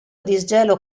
disgelo